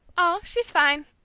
oh, she's fine!